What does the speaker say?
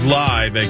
live